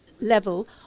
level